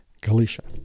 Galicia